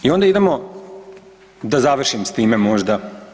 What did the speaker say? I onda idemo da završim s time možda.